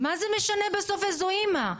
מה זה משנה בסוף איזו אימא?